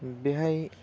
बेहाय